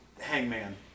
Hangman